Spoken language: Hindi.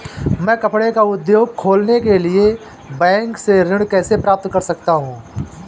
मैं कपड़े का उद्योग खोलने के लिए बैंक से ऋण कैसे प्राप्त कर सकता हूँ?